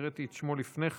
הקראתי את שמו לפני כן,